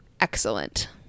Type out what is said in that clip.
excellent